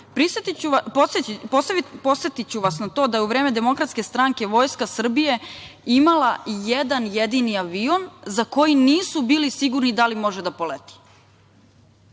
Podsetiću vas na to da je u vreme DS Vojska Srbije imala jedan jedini avion za koji nisu bili sigurni da li može da poleti. Danas